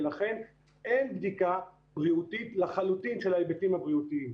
ולכן לחלוטין אין בדיקה בריאותית של ההיבטים הבריאותיים.